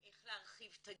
איך להרחיב את הגיל,